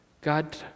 God